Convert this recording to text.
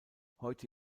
heute